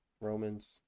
Romans